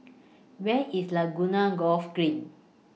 Where IS Laguna Golf Green